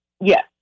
Yes